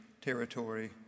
territory